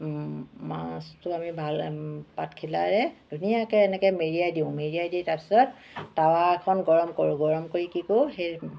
মাছটো আমি ভাল পাতখিলাৰে ধুনীয়াকৈ এনেকৈ মেৰিয়াই দিওঁ মেৰিয়াই দি তাৰপিছত তাৱা এখন গৰম কৰো গৰম কৰি কি কৰো সেই